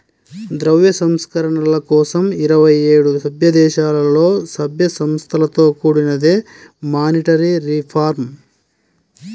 ద్రవ్య సంస్కరణల కోసం ఇరవై ఏడు సభ్యదేశాలలో, సభ్య సంస్థలతో కూడినదే మానిటరీ రిఫార్మ్